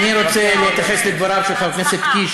אני רוצה להתייחס לדבריו של חבר הכנסת קיש,